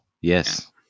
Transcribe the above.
yes